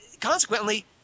consequently